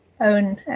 own